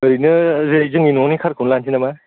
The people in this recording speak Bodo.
ओरैनो ओरै जोंनि न'नि कारखौनो लानोसै नामा